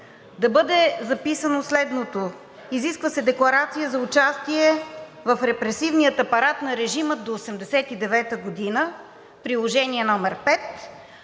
да бъде записано следното: „Изисква се декларация за участие в репресивния апарат на режима до 1989 г., Приложение № 5.“